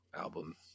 album